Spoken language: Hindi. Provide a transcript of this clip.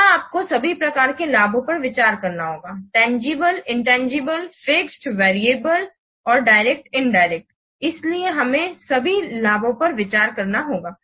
यहां आपको सभी प्रकार के लाभों पर विचार करना होगा तंजीबले िंतांगीबले फिक्स्ड वेरिएबल और डायरेक्ट इंदिरेक्ट इसलिए हमें सभी लाभों पर विचार करना होगा